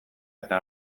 eta